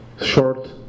short